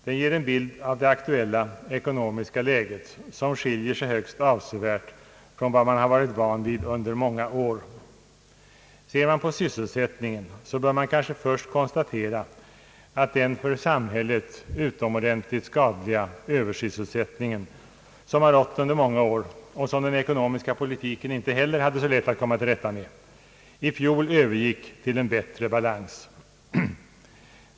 Den ger en bild av det aktuella ekonomiska läget som skiljer sig högst avsevärt från vad man har varit van vid under många år. Ser man på sysselsättningen så bör man kanske först konstatera att den för samhället utomordentligt skadliga översysselsättning, som har rått under många år och som den ekonomiska politiken inte heller hade så lätt att komma till rätta med, i fjol övergick till en bättre balans.